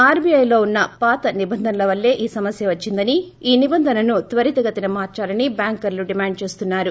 ఆర్బీఐలో ఉన్న పాత నిబంధనల వల్లే ఈ సమస్క వచ్చిందని ఈ నిబంధనను త్వరితగతిన మార్పాలని బ్యాంకర్లు డిమాండ్ చేస్తున్నారు